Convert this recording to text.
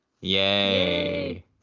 Yay